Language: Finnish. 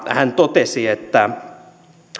hän totesi että